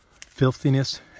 filthiness